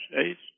States